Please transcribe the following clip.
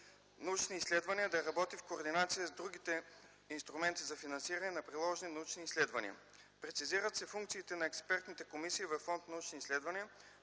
„Научни изследвания” да работи в координация с другите инструменти за финансиране на приложни научни изследвания. Прецизират се функциите на експертните комисии към фонд „Научни изследвания",